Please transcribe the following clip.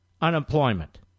unemployment